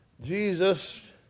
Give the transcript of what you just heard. Jesus